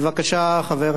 לרשותך שלוש דקות,